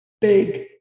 big